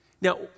Now